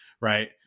right